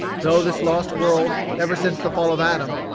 though this lost world, ever since the fall of adam,